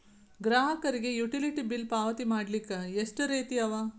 ಗ್ರಾಹಕರಿಗೆ utility bill ಪಾವತಿ ಮಾಡ್ಲಿಕ್ಕೆ ಎಷ್ಟ ರೇತಿ ಅವ?